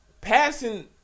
Passing